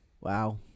Wow